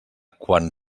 quan